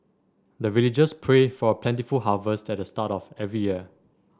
the villagers pray for plentiful harvest at the start of every year